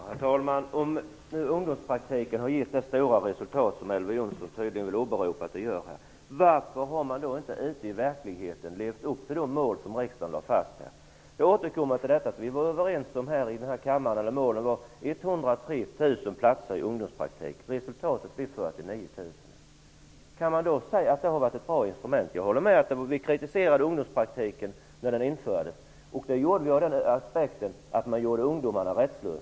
Herr talman! Om nu ungdomspraktiken har gett det goda resultat som Elver Jonsson tydligen vill åberopa, varför har man då inte i verkligheten levt upp till de mål som riksdagen har lagt fast? Jag återkommer till detta, för vi var överens i denna kammare om att målet skulle vara 103 000 Kan man då säga att det var varit ett bra instrument? Jag håller med om att vi kritiserade ungdomspraktiken när den infördes. Vi gjorde det ur aspekten att ungdomarna gjordes rättslösa.